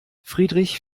friedrich